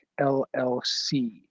LLC